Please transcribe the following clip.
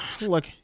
Look